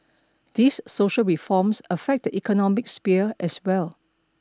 these social reforms affect the economic sphere as well